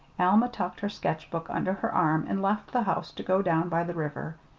alma tucked her sketchbook under her arm and left the house to go down by the river.